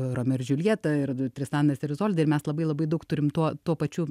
romeo ir džiuljeta ir tristanas ir izolda ir mes labai labai daug turim tuo tuo pačiu